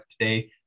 today